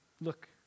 Look